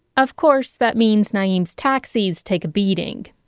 of course, that means naim's taxis take a beating.